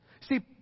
See